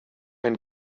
ein